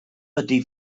ydy